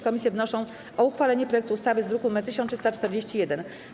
Komisje wnoszą o uchwalenie projektu ustawy z druku nr 1341.